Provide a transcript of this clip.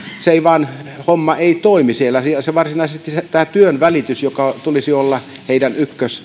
se homma ei vain toimi siellä tämä työnvälitys jonka tulisi olla varsinaisesti heidän